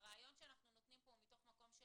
הרעיון שאנחנו נותנים פה מתוך מקום של